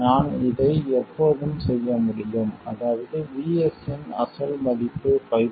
நான் இதை எப்போதும் செய்ய முடியும் அதாவது VS இன் அசல் மதிப்பு 5